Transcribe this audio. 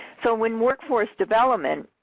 so when workforce development,